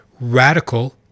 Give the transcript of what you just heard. radical